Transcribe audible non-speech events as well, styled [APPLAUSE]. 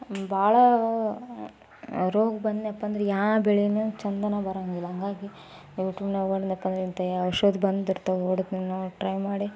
ಭಾಳ ರೋಗ ಬಂದೆನಪ್ಪ ಅಂದ್ರೆ ಯಾವ ಬೆಳೆಯೂ ಚೆಂದನೇ ಬರೋಂಗಿಲ್ಲ ಹಾಗಾಗಿ [UNINTELLIGIBLE] ಔಷಧ ಬಂದಿರ್ತವೆ ಹೊಡ್ದು ನೋಡಿ ಟ್ರೈ ಮಾಡಿ